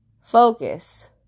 Focus